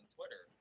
Twitter